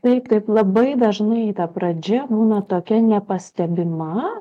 taip taip labai dažnai ta pradžia būna tokia nepastebima